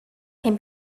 can